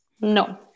no